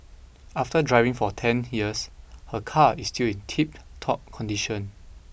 after driving for ten years her car is still in tiptop condition